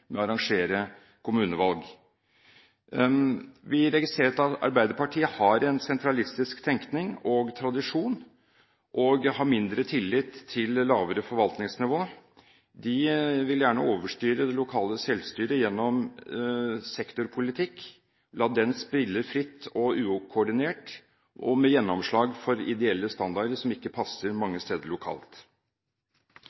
med å arrangere kommunevalg. Vi registrerer at Arbeiderpartiet har en sentralistisk tenkning og tradisjon, og har mindre tillit til lavere forvaltningsnivå. De vil gjerne overstyre det lokale selvstyret gjennom sektorpolitikk, la den spille fritt og ukoordinert og med gjenomslag for ideelle standarder, som ikke passer mange